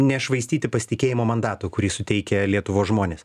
nešvaistyti pasitikėjimo mandatu kurį suteikia lietuvos žmonės